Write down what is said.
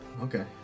Okay